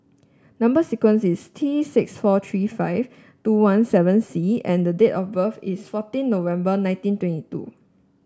number sequence is T six four three five two one seven C and date of birth is fourteen November nineteen twenty two